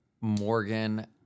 Morgan